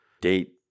Date